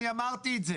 אני אמרתי את זה